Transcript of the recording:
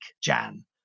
Jan